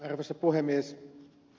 arvoisa puhemies